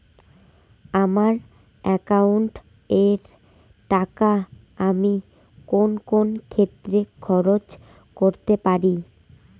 আমার একাউন্ট এর টাকা আমি কোন কোন ক্ষেত্রে খরচ করতে পারি?